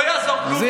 לא יעזור כלום,